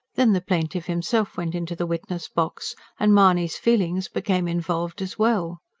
then the plaintiff himself went into the witness-box and mahony's feelings became involved as well.